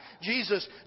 Jesus